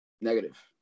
Negative